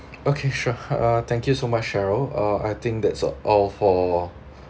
okay sure uh thank you so much cheryl uh I think that's all for